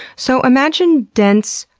so imagine dense,